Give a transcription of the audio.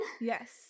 Yes